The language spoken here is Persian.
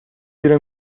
زیر